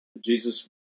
Jesus